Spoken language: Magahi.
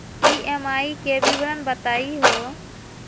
ई.एम.आई के विवरण बताही हो?